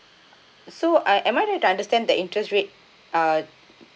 so I am I need to understand the interest rate uh